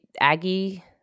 Aggie